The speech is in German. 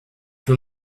für